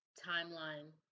timeline